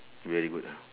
very good ah